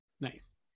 Nice